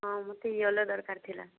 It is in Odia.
ହଁ ମୋତେ ୟେଲୋ ଦରକାର ଥିଲା